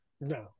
No